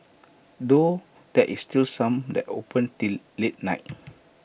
though there is still some that open till late night